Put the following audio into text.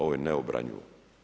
Ovo je neobranjivo.